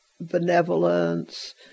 benevolence